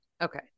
Okay